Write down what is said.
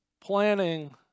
planning